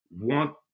want